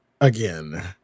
again